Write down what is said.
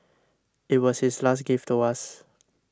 it was his last gift to us